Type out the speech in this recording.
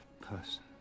person